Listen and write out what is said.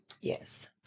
Yes